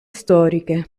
storiche